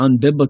unbiblical